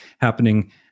happening